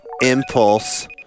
impulse